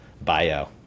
bio